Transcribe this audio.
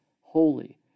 holy